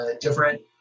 different